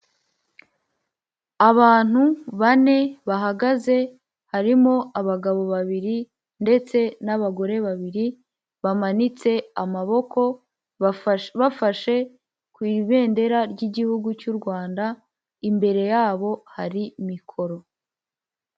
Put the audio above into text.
Abantu bane bahagaze harimo abagabo babiri ndetse n'abagore babiri, bamanitse amaboko bafashe ku ibendera ry'igihugu cy'u Rwanda imbere yabo hari mikoro.